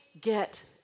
get